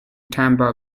tampa